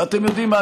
ואתם יודעים מה?